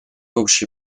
общие